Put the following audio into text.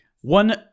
one